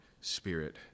Spirit